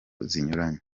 zinyuranye